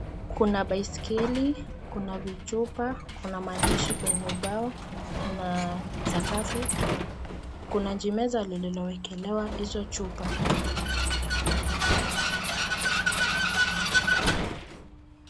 Kuna baiskeli, kuna vichupa kuna maandishi kwenye ubao, kuna sakafu, kuna jeneza lilioekelewa hizo chupa.